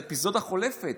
זו אפיזודה חולפת,